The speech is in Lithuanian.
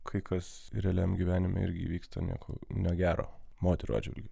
kai kas realiam gyvenime irgi vyksta nieko negero moterų atžvilgiu